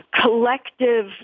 collective